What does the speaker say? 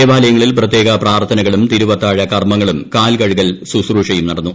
ദേവാലയങ്ങളിൽ പ്രത്യേക പ്രാർഥനകളും തിരുവത്താഴ കർമ്മങ്ങളും കാൽകഴുകൽ ശുശ്രൂഷയും നടന്നു